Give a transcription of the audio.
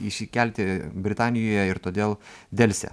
išsikelti britanijoje ir todėl delsė